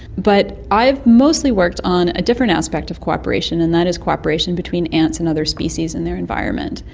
but i've mostly worked on a different aspect of cooperation, and that is cooperation between ants and other species in their environment,